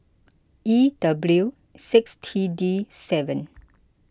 E W six T D seven